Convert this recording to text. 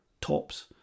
tops